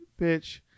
bitch